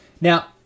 now